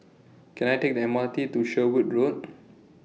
Can I Take The M R T to Sherwood Road